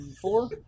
four